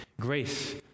grace